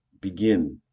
begin